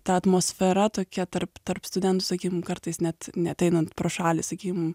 ta atmosfera tokia tarp tarp studentų sakym kartais net net einant pro šalį sakym